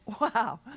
Wow